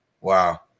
Wow